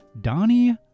Donnie